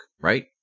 right